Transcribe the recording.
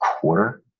quarter